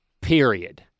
Period